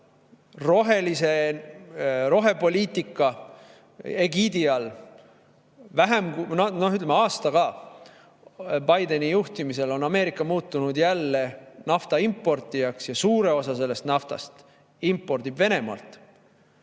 päeval rohepoliitika egiidi all, ütleme, aastaga Bideni juhtimisel on Ameerika muutunud jälle nafta importijaks ja suure osa sellest naftast impordib Venemaalt.